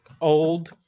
old